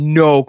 no